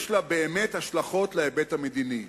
יש לה באמת השלכות להיבט המדיני.